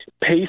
pace